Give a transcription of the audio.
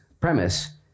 premise